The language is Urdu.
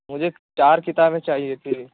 مجھے چار کتابیں چاہیے تھیں